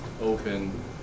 open